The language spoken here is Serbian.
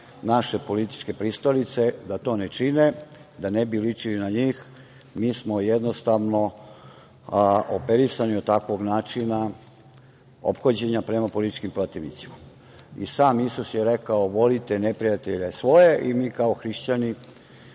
naše političke pristalice da to ne čine, da ne bi ličili na njih. Mi smo operisani od takvog načina ophođenja prema političkim protivnicima. I sam Isus je rekao: „Volite neprijatelje svoje“, i mi kao hrišćani,